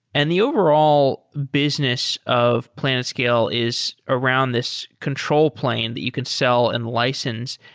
and the overall business of planetscale is around this control plane that you can sell and license.